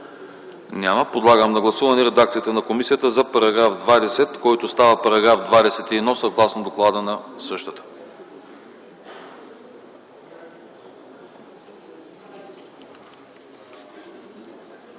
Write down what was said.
Няма. Подлагам на гласуване редакцията на комисията за § 21, който става § 22 съгласно доклада на същата.